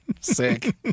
Sick